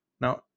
Now